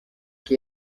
que